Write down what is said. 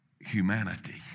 humanity